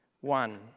One